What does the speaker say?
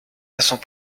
façons